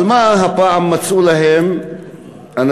אבל מה, הפעם מצאו להם אנשים,